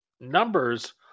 numbers